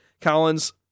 Collins –